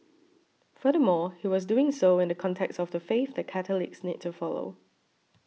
furthermore he was doing so in the context of the faith that Catholics need to follow